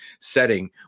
setting